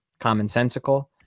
commonsensical